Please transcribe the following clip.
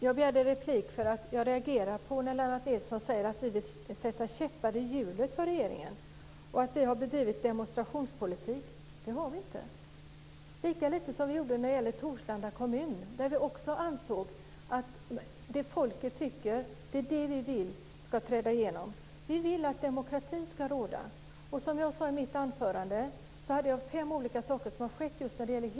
Fru talman! Jag reagerade när Lennart Nilsson sade att vi vill sätta käppar i hjulet för regeringen och att vi har bedrivit demonstrationspolitik. Det har vi inte. Vi har gjort det lika lite som när det gällde Torslanda kommun. Där ansåg vi att det som folket tycker ska träda igenom. Vi vill att demokrati ska råda. Jag nämnde i mitt anförande fem olika saker som har skett i fallet med Heby kommun.